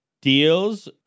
deals